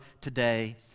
today